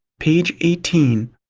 page eighteen.